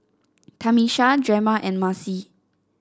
Tamisha Drema and Marcie